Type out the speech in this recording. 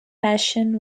passion